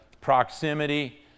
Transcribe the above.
proximity